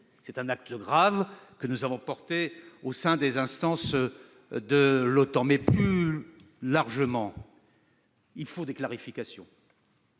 C'est un acte grave que nous avons porté à la connaissance des instances de l'OTAN. Plus largement, il faut des clarifications